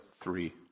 three